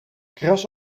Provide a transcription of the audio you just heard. kras